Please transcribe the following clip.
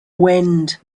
wind